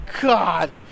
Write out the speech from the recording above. God